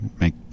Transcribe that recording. make